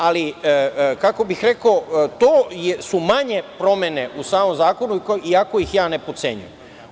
Ali, kako bih rekao, to su manje promene u samom zakonu i ako ih ja ne potcenjujem.